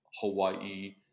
Hawaii